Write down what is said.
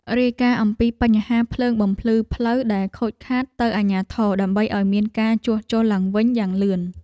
រាយការណ៍អំពីបញ្ហាភ្លើងបំភ្លឺផ្លូវ ដែលខូចខាតទៅអាជ្ញាធរដើម្បីឱ្យមានការជួសជុលឡើងវិញយ៉ាងលឿន។